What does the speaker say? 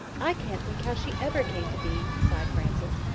i can't think how she ever came to be, sighed frances.